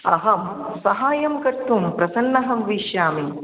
अहं साहाय्यं कर्तुं प्रसन्नः भविष्यामि